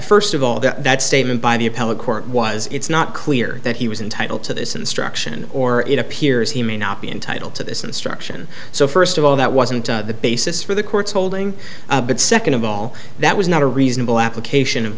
first of all that statement by the appellate court was it's not clear that he was entitled to this instruction or it appears he may not be entitled to this instruction so first of all that wasn't the basis for the court's holding but second of all that was not a reasonable application of